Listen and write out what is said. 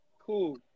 cool